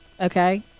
Okay